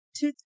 two